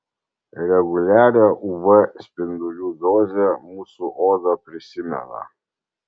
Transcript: reguliarią uv spindulių dozę mūsų oda prisimena